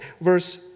verse